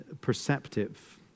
perceptive